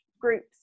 groups